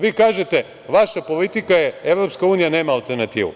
Vi kažete – vaša politika je EU nema alternativu.